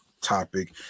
topic